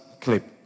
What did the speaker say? clip